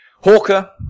Hawker